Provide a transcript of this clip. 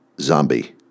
zombie